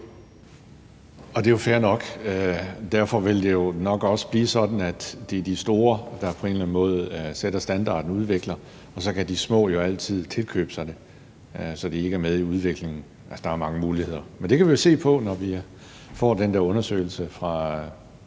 Det er jo fair nok. Derfor vil det nok også blive sådan, at det er de store, der på en eller anden måde sætter standarden og udvikler det, og så kan de små jo altid tilkøbe det, så de ikke skal være med i udviklingen af det. Der er mange muligheder. Det kan vi se på, når vi får den undersøgelse fra